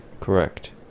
correct